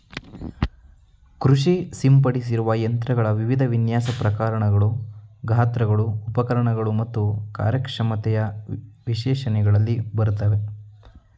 ಕೃಷಿ ಸಿಂಪಡಿಸುವ ಯಂತ್ರಗಳು ವಿವಿಧ ವಿನ್ಯಾಸ ಪ್ರಕಾರಗಳು ಗಾತ್ರಗಳು ಉಪಕರಣಗಳು ಮತ್ತು ಕಾರ್ಯಕ್ಷಮತೆಯ ವಿಶೇಷಣಗಳಲ್ಲಿ ಬರ್ತವೆ